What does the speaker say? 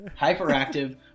Hyperactive